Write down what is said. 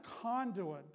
conduit